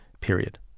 period